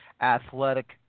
athletic